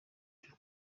ryo